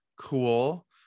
cool